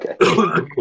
Okay